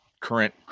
current